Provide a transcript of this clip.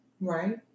Right